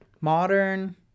Modern